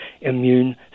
immune